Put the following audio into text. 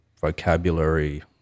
vocabulary